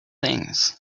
things